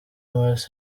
mars